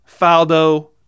Faldo